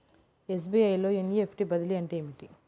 SBI లో NEFT బదిలీ అంటే ఏమిటి?